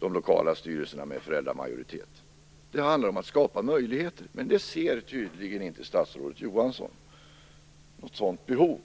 lokala styrelser med föräldramajoritet. Det handlar alltså om att skapa möjligheter, men statsrådet Johansson ser tydligen inte något sådant behov.